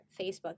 Facebook